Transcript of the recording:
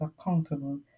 accountable